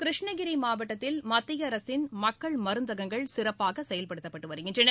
கிருஷ்ணகிரி மாவட்டத்தில் மத்திய அரசின் மக்கள் மருந்தகங்கள் சிறப்பாக செயல்பட்டு வருகின்றன